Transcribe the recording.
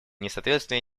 несоответствие